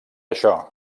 això